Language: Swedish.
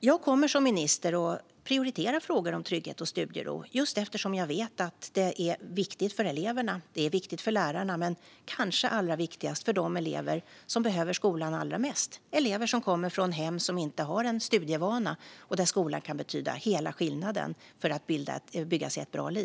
Jag kommer som minister att prioritera frågor om trygghet och studiero eftersom jag vet att detta är viktigt för både eleverna och lärarna. Kanske är det allra viktigast för de elever som behöver skolan allra mest. Det handlar om elever som kommer från hem där det inte finns någon studievana. Där kan skolan betyda hela skillnaden för att de ska kunna bygga sig ett bra liv.